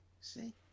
see